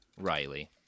Riley